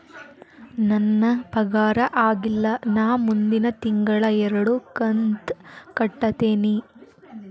ನನ್ನ ಪಗಾರ ಆಗಿಲ್ಲ ನಾ ಮುಂದಿನ ತಿಂಗಳ ಎರಡು ಕಂತ್ ಕಟ್ಟತೇನಿ